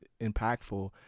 impactful